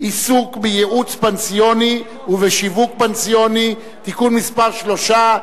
(עיסוק בייעוץ פנסיוני ובשיווק פנסיוני) (תיקון מס' 3),